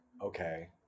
okay